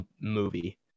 movie